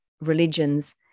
religions